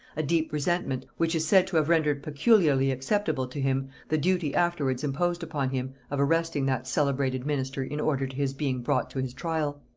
a deep resentment, which is said to have rendered peculiarly acceptable to him the duty afterwards imposed upon him, of arresting that celebrated minister in order to his being brought to his trial.